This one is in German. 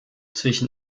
zwischen